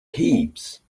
heaps